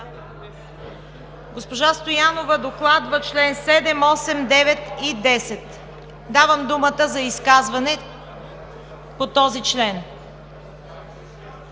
Госпожа Стоянова докладва членове 7, 8, 9 и 10. Давам думата за изказване по тези членове.